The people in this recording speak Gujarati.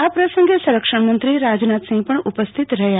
આ પ્રસંગે સંરક્ષણમંત્રી રાજનાથસિંહ પણ ઉપસ્થિત રહયા